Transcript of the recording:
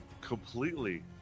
Completely